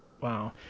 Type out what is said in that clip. Wow